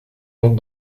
donc